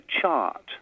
chart